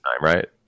right